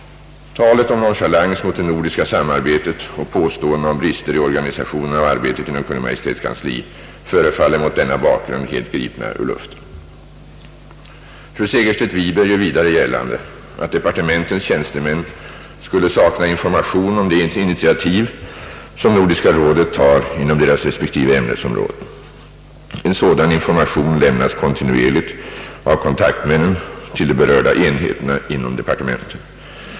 Talet om nonchalans mot det nordiska samarbetet och påståendena om brister i organisationen av arbetet inom Kungl. Maj:ts kansli förefaller mot denna bakgrund helt gripna ur luften. Fru Segerstedt Wiberg gör vidare gällande att departementens tjänstemän skulle sakna information om de initiativ som Nordiska rådet tar inom deras resp. ämnesområden. En sådan information lämnas kontinuerligt av kontaktmännen till de berörda enheterna inom departementen.